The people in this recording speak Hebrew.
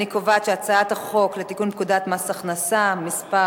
אני קובעת שהצעת החוק לתיקון פקודת מס הכנסה (מס'